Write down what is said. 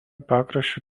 pakraščiu